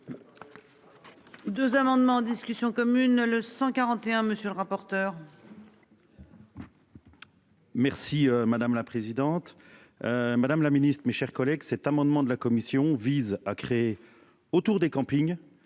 2 amendements en discussion commune le 141 monsieur le rapporteur. Merci madame la présidente. Madame la Ministre, mes chers collègues. Cet amendement de la commission vise à créer autour des campings.